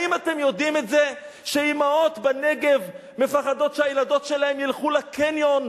האם אתם יודעים שאמהות בנגב מפחדות שהילדות שלהן ילכו לקניון,